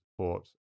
support